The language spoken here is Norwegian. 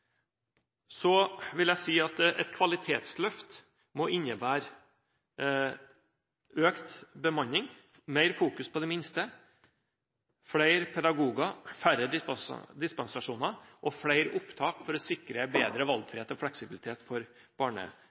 Så vil jeg si at et kvalitetsløft må innebære økt bemanning, mer fokus på de minste, flere pedagoger, færre dispensasjoner og flere opptak for å sikre bedre valgfrihet og fleksibilitet for